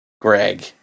Greg